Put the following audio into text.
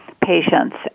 patients